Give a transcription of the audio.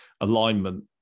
alignment